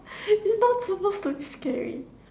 you not supposed to be carried